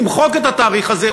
למחוק את התאריך הזה,